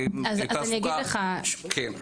שמוליק,